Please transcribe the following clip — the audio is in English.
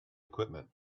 equipment